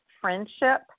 friendship